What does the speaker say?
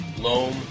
loam